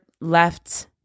left